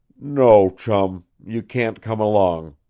no, chum, you can't come along.